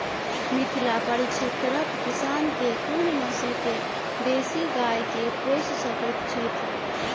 मिथिला परिक्षेत्रक किसान केँ कुन नस्ल केँ देसी गाय केँ पोइस सकैत छैथि?